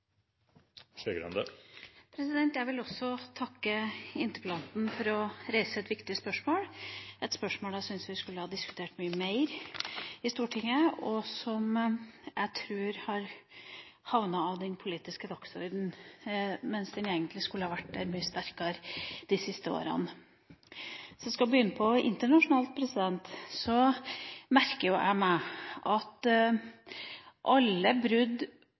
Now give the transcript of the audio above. Jeg vil også takke interpellanten for å reise et viktig spørsmål, et spørsmål jeg syns vi skulle ha diskutert mye mer i Stortinget, og som jeg tror har havnet utenfor den politiske dagsordenen, mens det egentlig skulle vært der i mye sterkere grad de siste årene. For å starte internasjonalt: Jeg merker meg at alle brudd